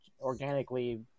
organically